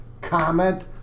comment